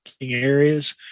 areas